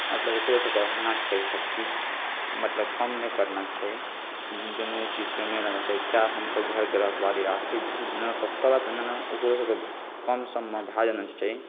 मतलब ओकरोसभके रहना चाही सभकिछु मतलब कम नहि करना चाही दुनू चीज सेमे रहना चाही तैँ हमसभ घरके रखवाली राखैत छी ओकरोसभके कम सममे भए जेना चाही